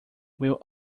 will